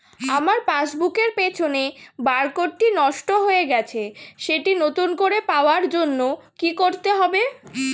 আমার পাসবুক এর পিছনে বারকোডটি নষ্ট হয়ে গেছে সেটি নতুন করে পাওয়ার জন্য কি করতে হবে?